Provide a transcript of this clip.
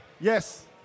Yes